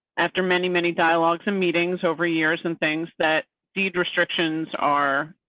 after many many dialogues and meetings over years and things that deed restrictions are.